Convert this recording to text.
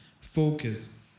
focus